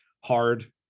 hard